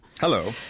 Hello